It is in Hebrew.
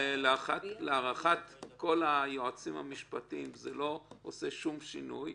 להערכת כל היועצים המשפטיים זה לא עושה שום שינוי.